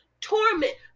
Torment